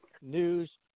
News